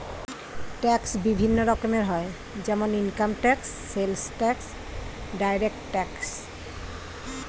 tax বিভিন্ন রকমের হয় যেমন income tax, sales tax, direct tax